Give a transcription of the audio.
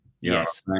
Yes